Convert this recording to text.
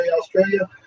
Australia